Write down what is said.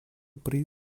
при